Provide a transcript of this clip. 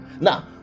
Now